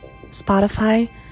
Spotify